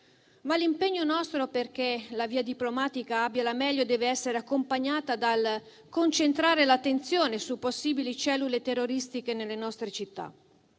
impegno perché la via diplomatica abbia la meglio deve essere accompagnato dal concentrare l'attenzione su possibili cellule terroristiche nelle nostre città.